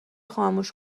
خاموش